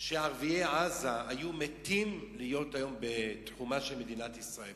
שערביי עזה היו מתים להיות היום בתחומה של מדינת ישראל.